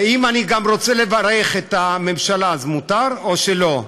ואם אני גם רוצה לברך את הממשלה, אז מותר, או שלא?